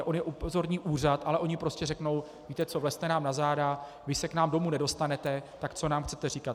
On je upozorní úřad, ale oni prostě řeknou: Víte co, vlezte nám na záda, vy se k nám domů nedostanete, tak co nám chcete říkat.